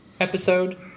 episode